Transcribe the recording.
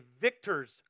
victor's